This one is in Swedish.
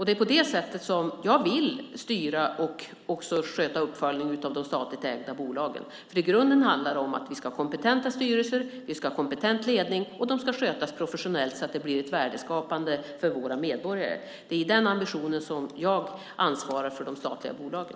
Det är på det sättet som jag vill styra och sköta uppföljningen av de statligt ägda bolagen. I grunden handlar det om att vi ska ha kompetenta styrelser och en kompetent ledning. De ska skötas professionellt så att det blir ett värdeskapande för våra medborgare. Det är med den ambitionen som jag ansvarar för de statliga bolagen.